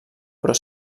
però